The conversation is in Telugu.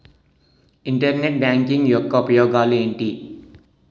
ఇంటర్నెట్ బ్యాంకింగ్ యెక్క ఉపయోగాలు ఎంటి?